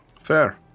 Fair